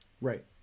Right